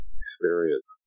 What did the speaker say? experience